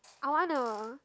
I wanna